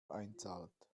einzahlt